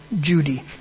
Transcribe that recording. Judy